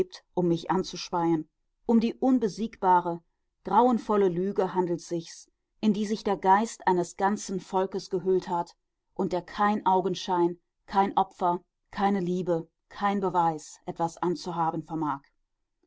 um mich anzuspeien um die unbesiegbare grauenvolle lüge handelt sich's in die sich der geist eines ganzen volkes gehüllt hat und der kein augenschein kein opfer keine liebe kein beweis etwas anzuhaben vermag